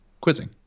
quizzing